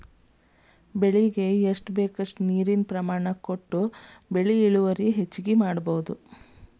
ಬೆಳಿಗೆ ಎಷ್ಟ ಬೇಕಷ್ಟ ನೇರಿನ ಪ್ರಮಾಣ ಕೊಟ್ಟ ಬೆಳಿ ಇಳುವರಿ ಹೆಚ್ಚಗಿ ಮಾಡುದು